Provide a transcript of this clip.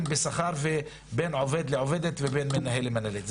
בשכר בין עובד לעובדת ובין מנהל למנהלת.